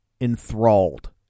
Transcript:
enthralled